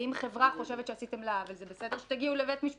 ואם חברה חושבת שעשיתם לה עוול זה בסדר שתגיעו לבית משפט.